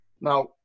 Now